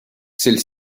celles